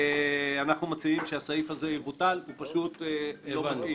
אנחנו מציעים שהסעיף הזה יבוטל כי הוא פשוט לא מתאים